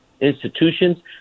institutions